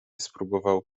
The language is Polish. spróbował